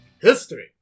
history